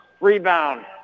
rebound